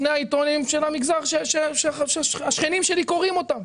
שני העיתונים שהשכנים שלי קוראים אותם,